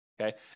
okay